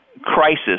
crisis